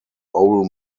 ole